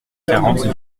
quarante